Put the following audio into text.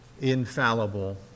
infallible